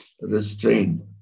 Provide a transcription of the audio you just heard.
restrained